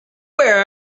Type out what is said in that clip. where